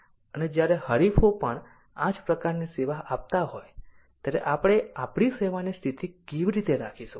અને જ્યારે હરીફો પણ આજ પ્રકારની સેવા આપતા હોય ત્યારે આપડે આપડી સેવાની સ્થિતિ કેવી રાખીશું